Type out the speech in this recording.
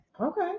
Okay